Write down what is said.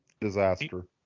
Disaster